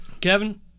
Kevin